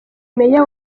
meya